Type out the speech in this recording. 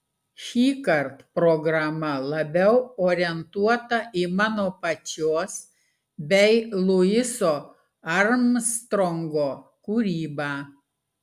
šįkart programa labiau orientuota į mano pačios bei luiso armstrongo kūrybą